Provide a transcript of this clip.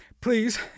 Please